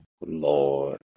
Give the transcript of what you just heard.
Lord